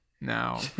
now